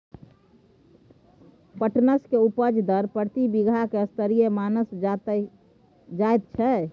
पटसन के उपज दर प्रति बीघा की स्तरीय मानल जायत छै?